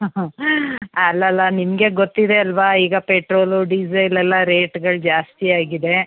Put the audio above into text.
ಅಲ್ಲಲ್ಲ ನಿಮಗೆ ಗೊತ್ತಿದೆ ಅಲ್ವಾ ಈಗ ಪೆಟ್ರೋಲ್ ಡೀಸೆಲ್ ಎಲ್ಲ ರೇಟ್ಗಳು ಜಾಸ್ತಿ ಆಗಿದೆ